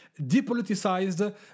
depoliticized